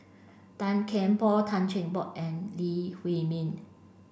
Tan Kian Por Tan Cheng Bock and Lee Huei Min